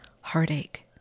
heartache